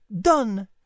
done